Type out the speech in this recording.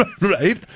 right